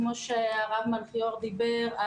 כמו שהרב מלכיאור דיבר,